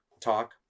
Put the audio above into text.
talk